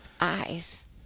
eyes